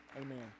Amen